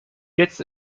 jetzt